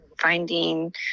finding